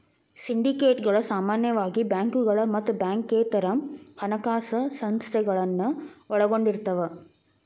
ಸಿಂಡಿಕೇಟ್ಗಳ ಸಾಮಾನ್ಯವಾಗಿ ಬ್ಯಾಂಕುಗಳ ಮತ್ತ ಬ್ಯಾಂಕೇತರ ಹಣಕಾಸ ಸಂಸ್ಥೆಗಳನ್ನ ಒಳಗೊಂಡಿರ್ತವ